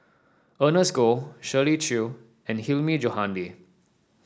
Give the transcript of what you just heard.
Ernest Goh Shirley Chew and Hilmi Johandi